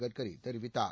கட்கரி தெரிவித்தார்